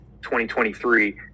2023